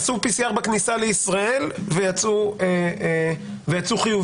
עשו PCR בכניסה לישראל ויצאו חיוביים.